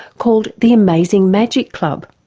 called the amazing magic club.